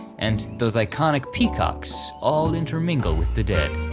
and those iconic peacocks all intermingle with the dead.